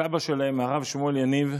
הסבא שלהם, הרב שמואל יניב,